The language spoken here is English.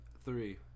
three